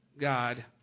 God